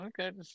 Okay